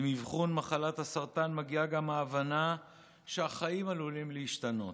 עם אבחון מחלת הסרטן מגיעה גם ההבנה שהחיים עלולים להשתנות,